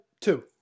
Two